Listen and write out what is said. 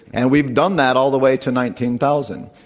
and we ve done that all the way to nineteen thousand.